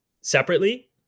separately